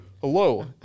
hello